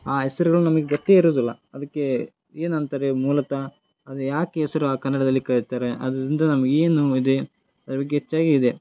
ಆ ಹೆಸ್ರುಗಳ್ ನಮಿಗೆ ಗೊತ್ತೇ ಇರುವುದಿಲ್ಲ ಅದಕ್ಕೆ ಏನು ಅಂತಾರೆ ಮೂಲತಃ ಅದು ಯಾಕೆ ಹೆಸ್ರು ಆ ಕನ್ನಡದಲ್ಲಿ ಕರೀತಾರೆ ಅದರಿಂದ ನಮ್ಗೆ ಏನು ಇದೆ ಅದ್ರ ಬಗ್ಗೆ ಹೆಚ್ಚಾಗಿ ಇದೆ